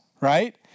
right